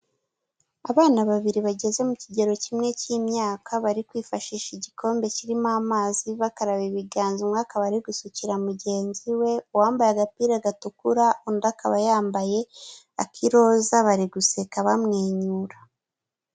Abana babiri bageze mu kigero kimwe cy'imyaka bari kwifashisha igikombe kirimo amazi bakaraba ibiganza, umwe akaba ari gusukira mugenzi we uwambaye agapira gatukura undi akaba yambaye ak'iroza bari guseka bamwenyura.